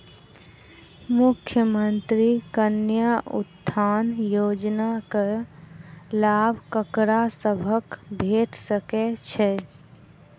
मुख्यमंत्री कन्या उत्थान योजना कऽ लाभ ककरा सभक भेट सकय छई?